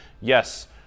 yes